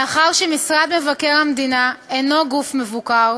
מאחר שמשרד מבקר המדינה אינו גוף מבוקר,